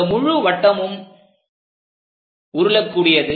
இந்த முழு வட்டமும் உருளக்கூடியது